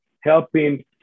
helping